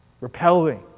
repelling